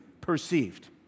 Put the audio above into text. perceived